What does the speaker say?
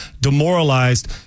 demoralized